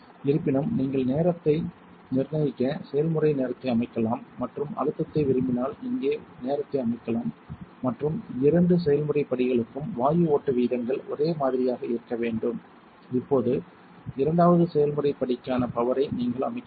இருப்பினும் நீங்கள் நேரத்தை நிர்ணயிக்க செயல்முறை நேரத்தை அமைக்கலாம் மற்றும் அழுத்தத்தை விரும்பினால் இங்கே நேரத்தை அமைக்கலாம் மற்றும் இரண்டு செயல்முறை படிகளுக்கும் வாயு ஓட்ட விகிதங்கள் ஒரே மாதிரியாக இருக்க வேண்டும் இப்போது இரண்டாவது செயல்முறை படிக்கான பவரை நீங்கள் அமைக்க வேண்டும்